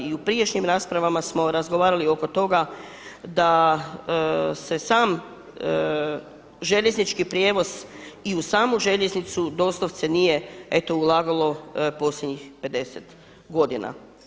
I u prijašnjim raspravama smo razgovarali oko toga da se sam željeznički prijevoz i uz samu željeznicu doslovce nije eto ulagalo posljednjih 50 godina.